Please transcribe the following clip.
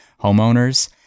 homeowners